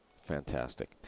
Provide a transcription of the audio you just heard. Fantastic